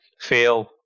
fail